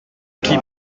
qui